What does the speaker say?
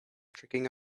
tricking